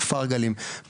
כפר גלים,